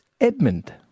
Edmund